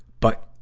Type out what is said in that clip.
but,